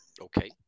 Okay